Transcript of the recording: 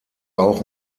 auch